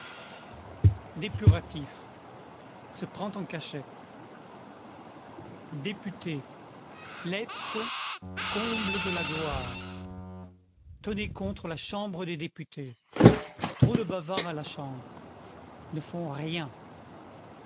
dépuratif se prend en cachette député l'être comble de la gloire tonner contre la chambre des députés trop de bavards à le chambre ne font rien